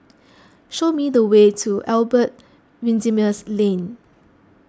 show me the way to Albert Winsemius Lane